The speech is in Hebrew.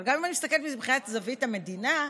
אבל גם אם אני מסתכלת מבחינת זווית המדינה,